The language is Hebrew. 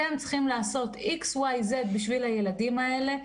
אתם צריכים לעשות X,Y,Z בשביל הילדים האלה,